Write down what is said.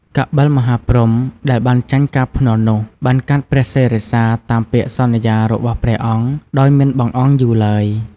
កបិលមហាព្រហ្ម ដែលបានចាញ់ការភ្នាល់នោះ បានកាត់ព្រះសិរសា តាមពាក្យសន្យារបស់ព្រះអង្គ ដោយមិនបង្អង់យូរឡើយ។